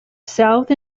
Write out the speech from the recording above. south